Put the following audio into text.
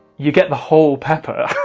you get the whole pepper!